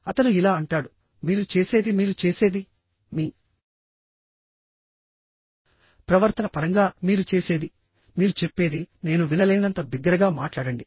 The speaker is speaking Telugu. అతను ఇలా అంటాడు మీరు చేసేది మీరు చేసేదిమీ ప్రవర్తన పరంగా మీరు చేసేది మీరు చెప్పేది నేను వినలేనంత బిగ్గరగా మాట్లాడండి